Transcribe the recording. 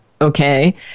okay